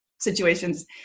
situations